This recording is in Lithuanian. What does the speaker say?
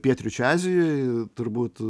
pietryčių azijoje turbūt